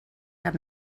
cap